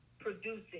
producing